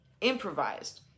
improvised